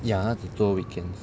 ya 她只做 weekends